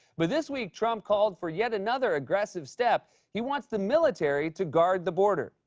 but this week, trump called for yet another aggressive step, he wants the military to guard the border.